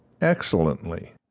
excellently